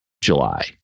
July